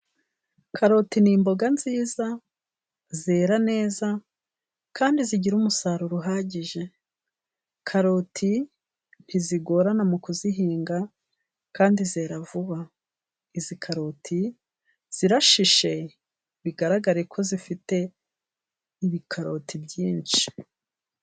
Karoti ni imboga nziza, zera neza, kandi zigira umusaruro uhagije. Karoti ntizigorana mu kuzihinga kandi zera vuba. Izi karoti zirashishe bigaragare ko zifite ibikaroti byinshi.